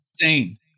insane